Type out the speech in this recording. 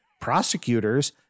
prosecutors